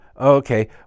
Okay